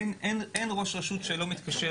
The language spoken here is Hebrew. אין ראש רשות שלא מתקשר